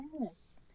Yes